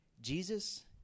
Jesus